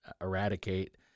eradicate